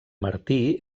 martí